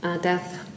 death